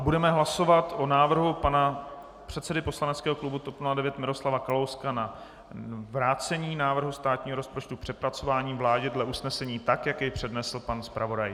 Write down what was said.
Budeme hlasovat o návrhu pana předsedy poslaneckého klubu TOP 09 Miroslava Kalouska na vrácení návrhu státního rozpočtu k přepracování vládě dle usnesení, tak jak jej přednesl pan zpravodaj.